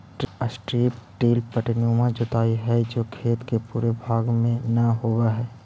strip till पट्टीनुमा जोताई हई जो खेत के पूरे भाग में न होवऽ हई